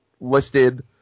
listed